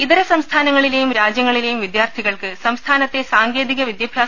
ഇതര സംസ്ഥാനങ്ങളിലെയും രാജ്യങ്ങളിലെയും വിദ്യാർത്ഥികൾക്ക് സംസ്ഥാനത്തെ സാങ്കോതിക വിദ്യാ ഭ്യാൻ